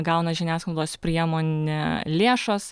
gauna žiniasklaidos priemonę lėšos